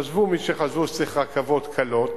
חשבו מי שחשבו שצריך רכבות קלות.